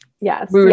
yes